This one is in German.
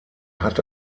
hatte